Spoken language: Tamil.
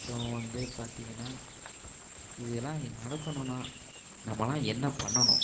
அப்புறோம் வந்து பார்த்தீங்கன்னா இதலாம் நடக்கணுனால் நம்மெலாம் என்ன பண்ணணும்